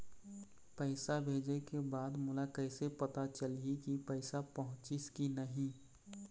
पैसा भेजे के बाद मोला कैसे पता चलही की पैसा पहुंचिस कि नहीं?